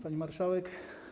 Pani Marszałek!